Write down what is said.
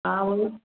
हा उन